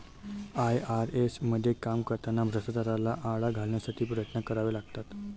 IRS मध्ये काम करताना भ्रष्टाचाराला आळा घालण्यासाठी प्रयत्न करावे लागतात